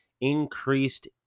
increased